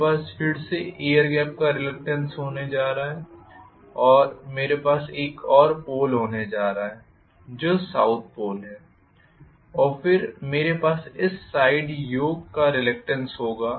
मेरे पास फिर से एयर गैप का रिलक्टेन्स होने जा रहा है और मेरे पास एक और पोल होने जा रहा है जो साउथ पोल है और फिर मेरे पास इस साइड योक का रिलक्टेन्स होगा